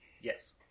Yes